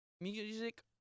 music